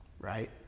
right